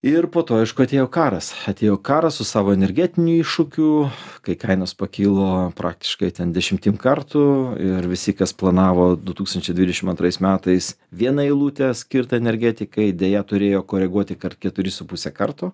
ir po to aišku atėjo karas atėjo karas su savo energetinių iššūkių kai kainos pakilo praktiškai ten dešimtim kartų ir visi kas planavo du tūkstančiai dvidešimt antrais metais vieną eilutę skirtą energetikai deja turėjo koreguoti kart keturi su puse karto